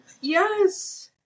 Yes